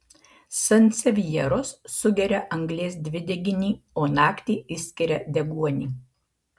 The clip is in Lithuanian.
sansevjeros sugeria anglies dvideginį o naktį išskiria deguonį